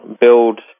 build